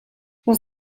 les